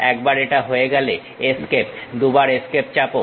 একবার এটা হয়ে গেলে এস্কেপ দুবার এস্কেপ চাপো